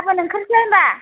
गाबोन ओंखारसै होनब्ला